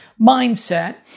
Mindset